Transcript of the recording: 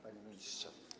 Panie Ministrze!